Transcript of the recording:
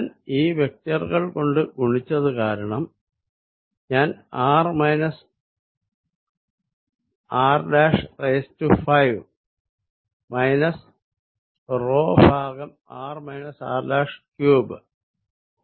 ഞാൻ വെക്റ്ററുകൾ കൊണ്ട് ഗുണിച്ചതു കാരണം ഞാൻ r r '5 മൈനസ് ഭാഗം r r ' 3